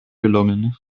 gelungen